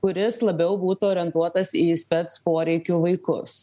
kuris labiau būtų orientuotas į spec poreikių vaikus